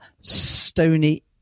stony